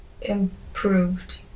improved